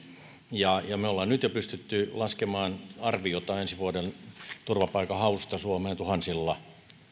ja ja me olemme jo nyt pystyneet laskemaan arviota ensi vuoden turvapaikanhausta suomeen tuhansilla